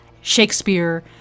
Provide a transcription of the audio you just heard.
Shakespeare